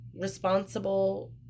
responsible